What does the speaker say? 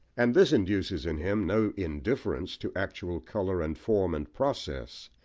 and this induces in him no indifference to actual colour and form and process,